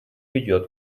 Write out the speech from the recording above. ведет